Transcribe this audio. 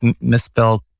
misspelled